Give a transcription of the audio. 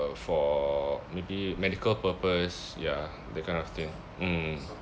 for maybe medical purpose ya that kind of thing mm